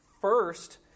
First